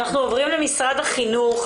אנחנו עוברים למשרד החינוך,